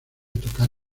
tocar